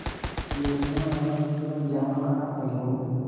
लोनिया वाला बिलवा जामा कर देलहो?